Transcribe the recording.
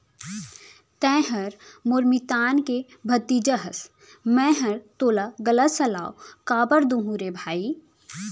तैंहर मोर मितान के भतीजा हस मैंहर तोला गलत सलाव काबर दुहूँ रे भई